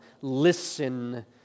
listen